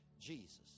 Jesus